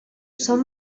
son